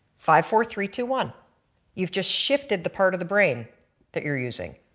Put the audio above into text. five, four, three, two, one you've just shifted the part of the brain that you are using.